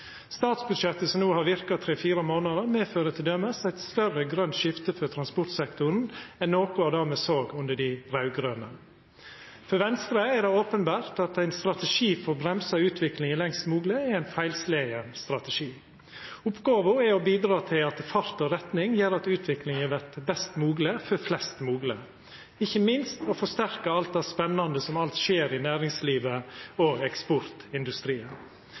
Statsbudsjettet som no har verka i tre–fire månader, medfører t.d. eit større grønt skifte for transportsektoren enn noko av det me såg under dei raud-grøne. For Venstre er det openbert at ein strategi for å bremsa utviklinga lengst mogleg er ein feilslegen strategi. Oppgåva er å bidra til at fart og retning gjer at utviklinga vert best mogleg for flest mogleg, ikkje minst å forsterka alt det spennande som alt skjer i næringslivet og i eksportindustrien.